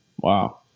Wow